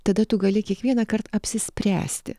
tada tu gali kiekvienąkart apsispręsti